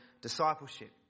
discipleship